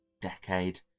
Decade